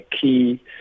key